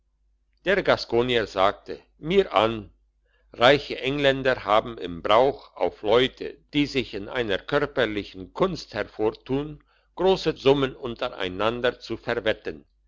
der gaskonier sagte mir an reiche engländer haben im brauch auf leute die sich in einer körperlichen kunst hervortun grosse summen untereinander zu verwetten